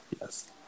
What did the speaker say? Yes